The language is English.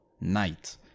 knight